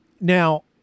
Now